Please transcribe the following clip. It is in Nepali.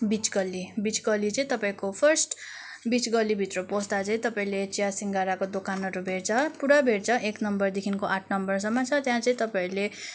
बिच गल्ली बिच गल्ली चाहिँ तपाईँको फर्स्ट बिच गल्लीभित्र पस्दा चाहिँ तपाईँले चिया सिङ्गडाको दोकानहरू भेट्छ पुरा भेट्छ एक नम्बरदेखिको आठ नम्बरसम्म छ त्यहाँ चाहिँ तपाईँहरूले